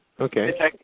okay